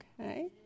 Okay